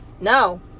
No